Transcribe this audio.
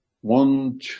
one